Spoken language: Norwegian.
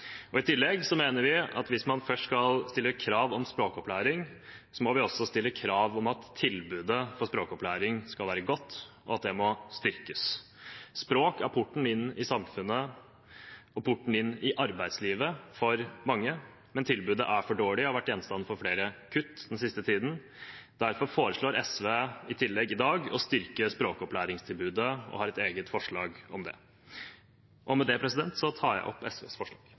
I tillegg mener vi at hvis man først skal stille krav om språkopplæring, må vi også stille krav om at tilbudet om språkopplæring skal være godt, og at det må styrkes. Språk er porten inn i samfunnet og inn i arbeidslivet for mange, men tilbudet er for dårlig og har vært gjenstand for flere kutt den siste tiden. Derfor foreslår SV i tillegg i dag å styrke språkopplæringstilbudet og har et eget forslag om det. Med det tar jeg opp SVs forslag.